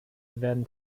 werden